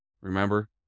Remember